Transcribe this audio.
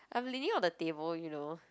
I'm leaning on the table you know